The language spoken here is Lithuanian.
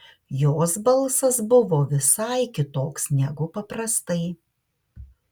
jos balsas buvo visai kitoks negu paprastai